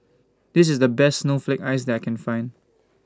This IS The Best Snowflake Ice that I Can Find